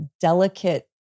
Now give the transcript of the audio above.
delicate